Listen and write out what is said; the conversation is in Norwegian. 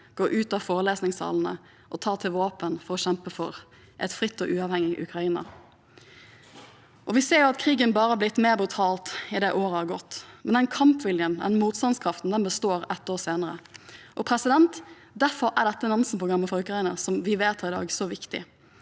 går ut av forelesningssalene og tar til våpen for å kjempe for et fritt og uavhengig Ukraina. Vi ser at krigen har blitt bare mer brutal i løpet av det året som har gått, men kampviljen og motstandskraften består ett år senere. Derfor er dette Nansen-programmet for Ukraina som vi vedtar i dag, så viktig.